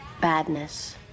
badness